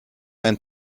einen